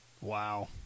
wow